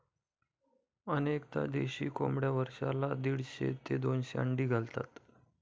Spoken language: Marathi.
अनेकदा देशी कोंबड्या वर्षाला दीडशे ते दोनशे अंडी घालतात